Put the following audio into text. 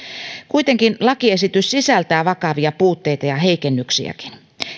kuitenkin lakiesitys sisältää vakavia puutteita ja heikennyksiäkin